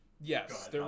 yes